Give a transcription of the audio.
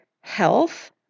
health